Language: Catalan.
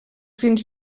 fins